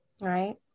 Right